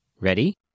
Ready